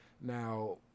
now